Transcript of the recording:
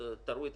יכולתי לעשות את